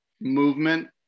movement